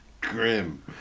Grim